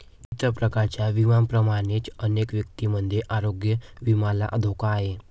इतर प्रकारच्या विम्यांप्रमाणेच अनेक व्यक्तींमध्ये आरोग्य विम्याला धोका आहे